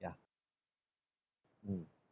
ya